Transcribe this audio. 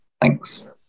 Thanks